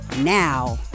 now